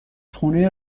خونه